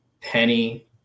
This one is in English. Penny